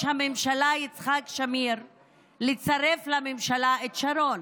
הממשלה יצחק שמיר לצרף לממשלה את שרון.